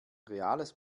reales